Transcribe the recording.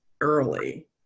early